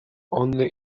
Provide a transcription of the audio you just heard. only